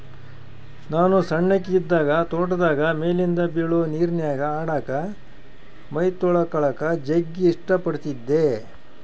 ನಾನು ಸಣ್ಣಕಿ ಇದ್ದಾಗ ತೋಟದಾಗ ಮೇಲಿಂದ ಬೀಳೊ ನೀರಿನ್ಯಾಗ ಆಡಕ, ಮೈತೊಳಕಳಕ ಜಗ್ಗಿ ಇಷ್ಟ ಪಡತ್ತಿದ್ದೆ